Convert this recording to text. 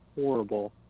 horrible